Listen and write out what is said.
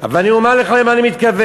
ואני אומר לך למה אני מתכוון.